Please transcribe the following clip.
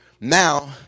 now